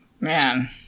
man